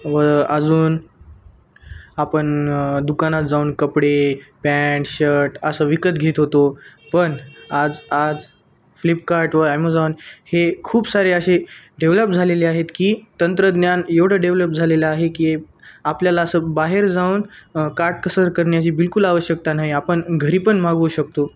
व अजून आपण दुकानात जाऊन कपडे पँट शर्ट असं विकत घेत होतो पण आज आज फ्लिपकार्ट व ॲमेझॉन हे खूप सारे असे डेव्हलप झालेले आहेत की तंत्रज्ञान एवढं डेव्हलप झालेलं आहे की आपल्याला असं बाहेर जाऊन काटकसर करण्याची बिलकुल आवश्यकता नाही आपण घरी पण मागवू शकतो